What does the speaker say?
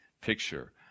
picture